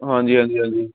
ਹਾਂਜੀ ਹਾਂਜੀ ਹਾਂਜੀ